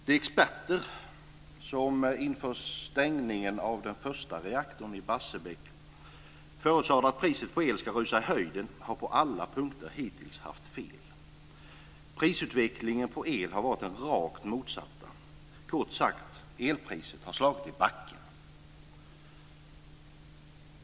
De experter som inför stängningen av den första reaktorn i Barsebäck förutsade att priset på el ska rusa i höjden har på alla punkter hittills haft fel. Prisutvecklingen på el har varit den rakt motsatta. Kort sagt: Elpriset har slagit i backen.